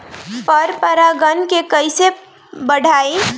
पर परा गण के कईसे बढ़ाई?